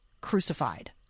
crucified